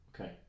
okay